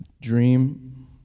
dream